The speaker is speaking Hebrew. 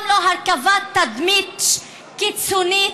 גם לא הרכבת תדמית קיצונית,